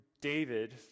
David